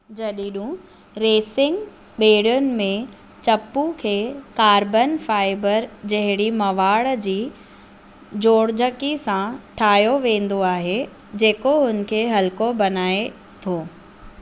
racing बे॒ड़ियुनि में चपू खे कार्बन फाइबर जहिड़ी मवाड़ जी जोड़जकीअ सां ठाहियो वेंदो आहे जेको हुन खे हल्को बणाए थो